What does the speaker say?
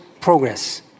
progress